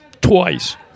twice